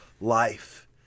life